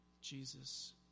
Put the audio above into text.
Jesus